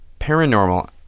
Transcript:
paranormal